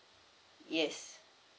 yes